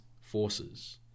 forces